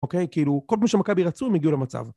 אוקיי? כאילו, כל פעם שמכבי רצו הם הגיעו למצב.